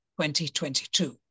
2022